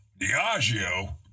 Diageo